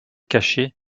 caché